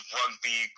rugby